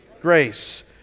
grace